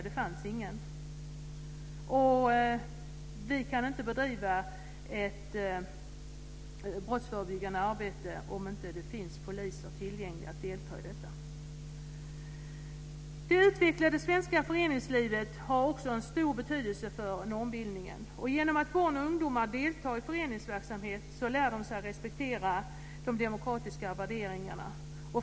Det fanns ingen. Vi kan inte bedriva ett brottsförebyggande arbete om det inte finns poliser tillgängliga för att delta i detta. Det utvecklade svenska föreningslivet har också en stor betydelse för normbildningen. Genom att barn och ungdomar deltar i föreningsverksamhet lär de sig att respektera de demokratiska värderingarna.